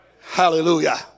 Hallelujah